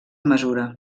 mesura